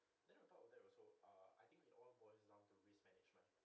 then on top of that also err I think we all boils down to risk management